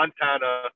montana